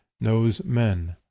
knows men.